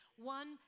One